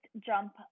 jump